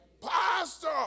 Pastor